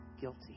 guilty